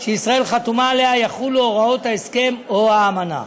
שישראל חתומה עליה, יחולו הוראות ההסכם או האמנה.